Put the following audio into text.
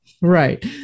Right